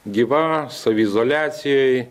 gyva saviizoliacijoj